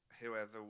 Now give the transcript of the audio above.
whoever